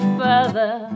further